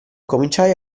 cominciai